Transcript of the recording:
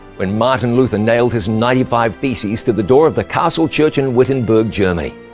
when martin luther nailed his ninety five theses to the door of the castle church in wittenberg, germany.